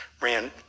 ran